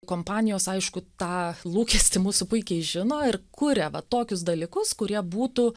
kompanijos aišku tą lūkestį mūsų puikiai žino ir kuria va tokius dalykus kurie būtų